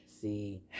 See